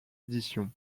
édition